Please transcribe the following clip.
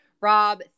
Rob